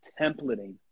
templating